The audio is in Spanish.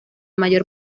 mayor